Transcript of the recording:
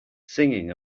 singing